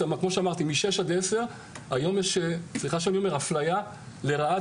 למדנו באירופה, במיוחד בהולנד, שבונים לגובה.